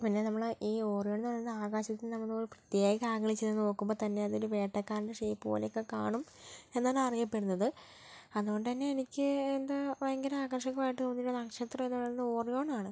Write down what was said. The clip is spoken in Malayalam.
പിന്നെ നമ്മൾ ഈ ഓറിയോൺ എന്ന് പറയുന്നത് ആകാശത്ത് നമ്മൾ നോക്കുമ്പോൾ ഒരു പ്രത്യേക ഏങ്കിളിൽ ചെന്ന് നോക്കുമ്പോൾ തന്നെ അതൊരു വേട്ടക്കാരൻ്റെ ഷേപ്പ് പോലെയൊക്കെ കാണും എന്നാണ് അറിയപ്പെടുന്നത് അതുകൊണ്ട് തന്നെ എനിക്ക് എന്താ ഭയങ്കര ആകർഷകമായിട്ട് തോന്നിയൊരു നക്ഷത്രം എന്ന് പറയുന്നത് ഓറിയോൺ ആണ്